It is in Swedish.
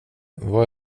var